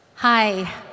Hi